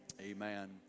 amen